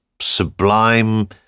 sublime